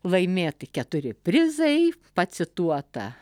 laimėti keturi prizai pacituota